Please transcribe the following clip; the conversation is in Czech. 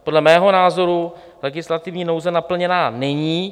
Podle mého názoru legislativní nouze naplněna není.